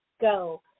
go